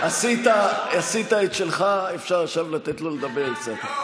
עשית את שלך, אפשר עכשיו לתת לו לדבר קצת.